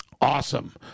Awesome